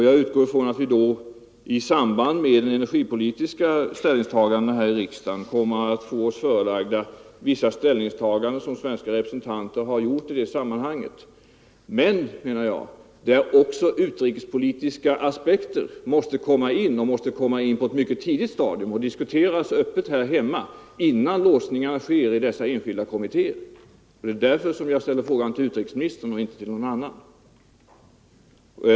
Jag utgår ifrån att vi i samband med de energipolitiska avgörandena här i riksdagen kommer att få oss förelagda vissa ställningstaganden som svenska representanter har gjort i det sammanhanget, men där enligt min uppfattning också utrikespolitiska aspekter måste komma in på ett mycket tidigt stadium och diskuteras öppet här hemma, innan låsningar sker i de enskilda kommittéerna. Det är därför jag ställt frågan till utrikesministern och inte till något annat statsråd.